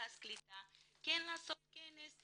מרכז קליטה, כן לעשות כנס,